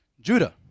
Judah